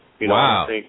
Wow